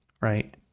right